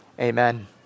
amen